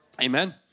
Amen